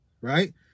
Right